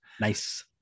Nice